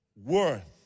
worth